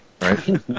right